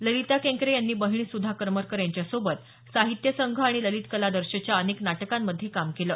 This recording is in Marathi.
ललिता केंकरे यांनी बहीण सुधा करमरकर यांच्यासोबत साहित्य संघ आणि ललित कलादर्शच्या अनेक नाटकांमध्ये काम केलं